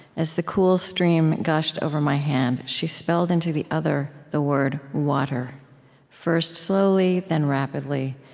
as the cool stream gushed over my hand, she spelled into the other, the word water first slowly, then, rapidly.